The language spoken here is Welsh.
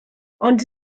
ond